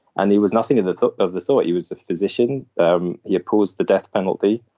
and he was nothing of the sort of the sort he was a physician um he opposed the death penalty